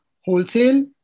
wholesale